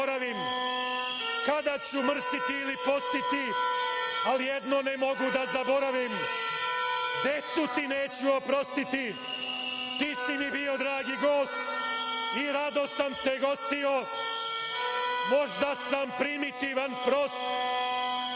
kada ću mrstiti ili postiti, ali jedno ne mogu da zaboravim – decu ti neću oprostiti, ti si mi bio dragi gost i rado sam te gostio, možda sam primitivan, prost,